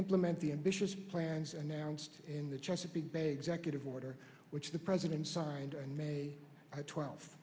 implement the ambitious plans announced in the chesapeake bay executive order which the president signed in may twelfth